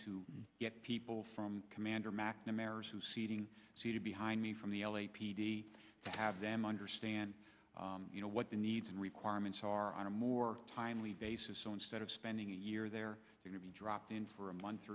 to get people from commander mcnamara's who seating behind me from the l a p d to have them understand you know what the needs and requirements are on a more timely basis so instead of spending a year they're going to be dropped in for a month